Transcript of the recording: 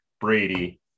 Brady